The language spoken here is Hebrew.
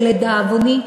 שלדאבוני,